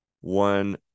one